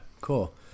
cool